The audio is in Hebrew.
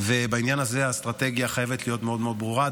בעניין הזה האסטרטגיה חייבת להיות מאוד מאוד ברורה.